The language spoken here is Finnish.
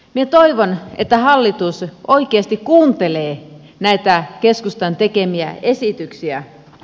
minä toivon että hallitus oikeasti kuuntelee näitä keskustan tekemiä esityksiä